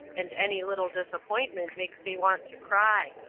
and any little disappointment makes me want to cry.